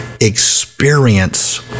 experience